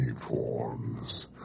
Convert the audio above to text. forms